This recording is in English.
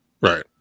Right